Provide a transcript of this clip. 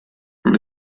from